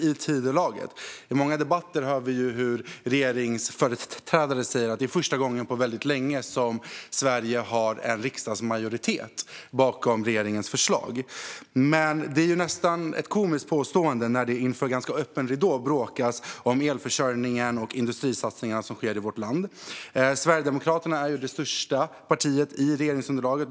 I många debatter hör vi hur regeringsföreträdare säger att detta är första gången på väldigt länge som Sverige har en riksdagsmajoritet bakom regeringens förslag, men det är nästan ett komiskt påstående när det inför ganska öppen ridå bråkas om elförsörjningen och de industrisatsningar som sker i vårt land. Sverigedemokraterna är ju det största partiet i regeringsunderlaget.